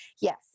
yes